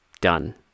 done